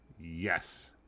Yes